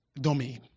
domain